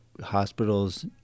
Hospitals